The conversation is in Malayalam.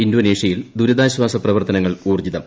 ഇന്തോനേഷ്യയിൽ ദുരിതാശ്ചാസ പ്രവർത്തനങ്ങൾ ഊർജ്ജിതം